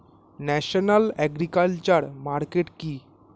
National agriculture market কি?